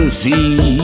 see